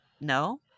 no